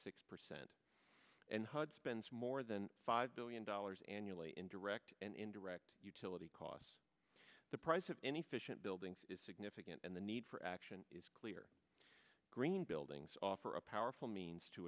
six percent and hud spends more than five billion dollars annually in direct and indirect utility costs the price of any fish and buildings is significant and the need for action is clear green buildings offer a powerful means to